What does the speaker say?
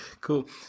cool